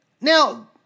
now